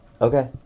okay